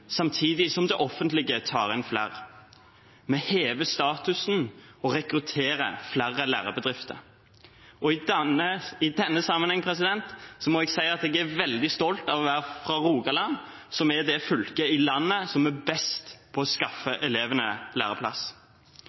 samtidig som det offentlige tar inn flere. Vi hever statusen og rekrutterer flere lærebedrifter. Og i denne sammenheng må jeg si at jeg veldig stolt av å være fra Rogaland, som er det fylket i landet som er best på å skaffe elevene læreplass.